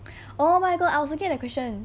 oh my god I was looking at the question